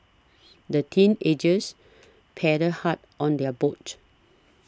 the teenagers paddled hard on their boat